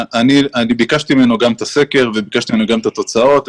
ביקשתי ממנו גם את הסקר וגם את התוצאות.